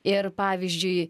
ir pavyzdžiui